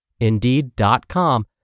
Indeed.com